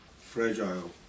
fragile